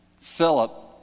Philip